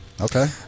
okay